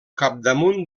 capdamunt